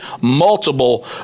multiple